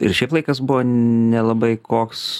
ir šiaip laikas buvo nelabai koks